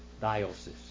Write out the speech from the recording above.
diocese